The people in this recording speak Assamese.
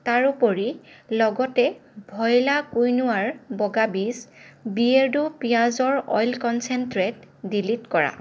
তাৰোপৰি লগতে ভইলা কুইনোৱাৰ বগা বীজ বিয়েৰ্ডো পিয়াঁজৰ অইল কন্চেনট্ৰেট ডিলিট কৰা